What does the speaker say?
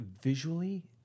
visually